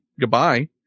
goodbye